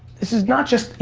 this is not just,